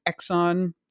Exxon